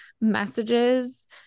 messages